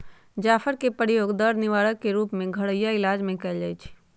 जाफर कें के प्रयोग दर्द निवारक के रूप में घरइया इलाज में कएल जाइ छइ